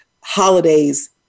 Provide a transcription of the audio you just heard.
holidays